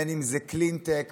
בין שזה קלינטק,